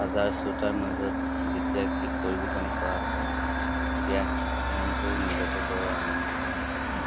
হাজাৰ শ্ৰোতাৰ মাজত যেতিয়া গীত পৰিৱেশন কৰা হয় তেতিয়া মনটো নিজকে বৰ আনন্দ যেন লাগে